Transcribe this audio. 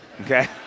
Okay